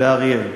באריאל.